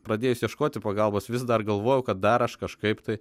pradėjus ieškoti pagalbos vis dar galvojau kad dar aš kažkaip tai